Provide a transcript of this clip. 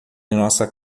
nossa